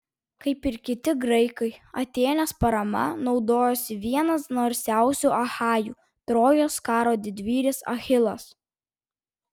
kaip ir kiti graikai atėnės parama naudojosi vienas narsiausių achajų trojos karo didvyris achilas